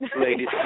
Ladies